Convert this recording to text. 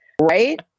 Right